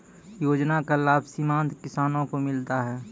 योजना का लाभ सीमांत किसानों को मिलता हैं?